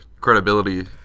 credibility